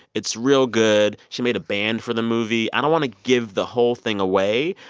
it's real good. she made a band for the movie. i don't want to give the whole thing away.